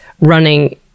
running